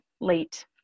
late